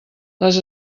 les